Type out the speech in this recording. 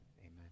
amen